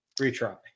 retry